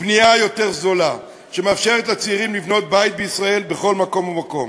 בנייה יותר זולה שמאפשרת לצעירים לבנות בית בישראל בכל מקום ומקום.